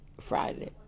Friday